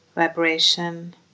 vibration